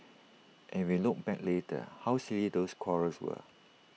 and if we look back later how silly those quarrels were